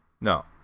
No